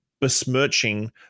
besmirching